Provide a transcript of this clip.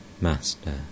Master